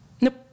Nope